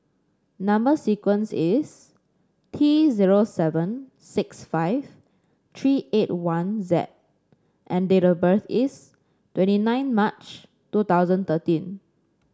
number sequence is T zero seven six five three eight one Z and date of birth is twenty nine March two thousand thirteen